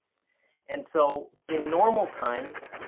and so in normal times,